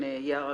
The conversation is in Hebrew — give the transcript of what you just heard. ערן יאראק,